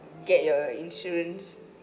get your insurance